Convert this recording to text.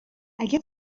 اگه